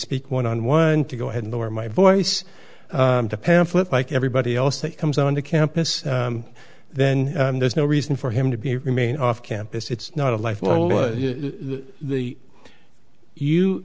speak one on one to go ahead and lower my voice to pamphlet like everybody else that comes on the campus then there's no reason for him to be remain off campus it's not a life the you